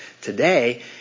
Today